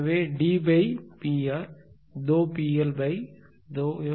எனவே DP r ∂P L ∂f